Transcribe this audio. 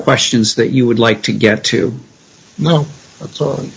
questions that you would like to get to know what's on